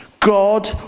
God